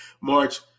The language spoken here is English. March